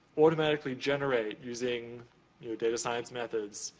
automatically generate using your data science methods,